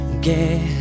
get